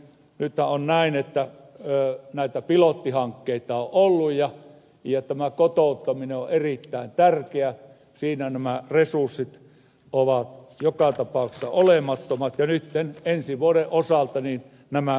nythän on näin että näitä pilottihankkeita on ollut ja tämä kotouttaminen on erittäin tärkeä siinä nämä resurssit ovat joka tapauksessa olemattomat ja nyt ensi vuoden osalta nämä pilottihankkeetkin päättyvät